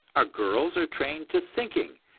our girls are trained to thinking,